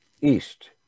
east